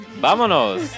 vámonos